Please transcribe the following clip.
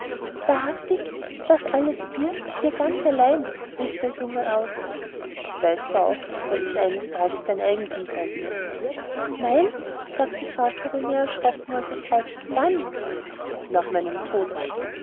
wahrhaftig das alles dir dir ganz allein rief der junge aus und weißt du auch daß es eines tages dein eigentum sein wird meins sagte fauntleroy mehr erschrocken als erfreut wann nach meinem tode